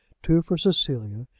two for cecilia,